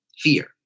fear